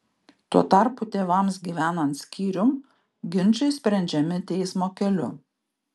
tuo tarpu tėvams gyvenant skyrium ginčai sprendžiami teismo keliu